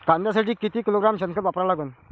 कांद्यासाठी किती किलोग्रॅम शेनखत वापरा लागन?